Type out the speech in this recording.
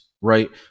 right